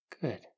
Good